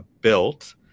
built